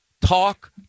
talk